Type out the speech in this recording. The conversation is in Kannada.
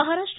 ಮಹಾರಾಷ್ಟ